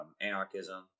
anarchism